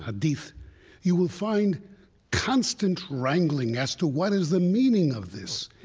hadith you will find constant wrangling as to what is the meaning of this?